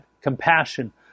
compassion